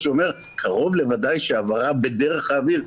שאומר: קרוב לוודאי שהעברה בדרך האוויר,